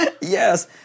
Yes